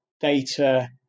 data